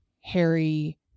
Harry